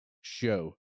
show